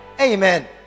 amen